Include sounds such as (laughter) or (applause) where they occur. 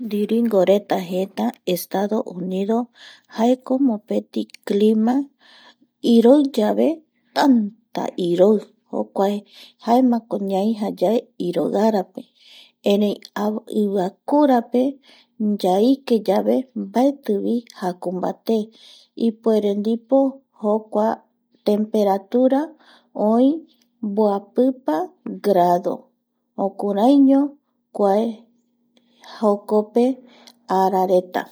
Ndiringoreta jeta Estado Unido jaeko mopeti clima iroiyave tanta iroi jokuae jaema jaemako ñai iroiarape erei (hesitation) iviakurape yaike yave mbaetivi jakumbaté ipuere ndipo jokuae temperatura oi mboapipa grado jukuraiño kua jokope arareta